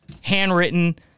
handwritten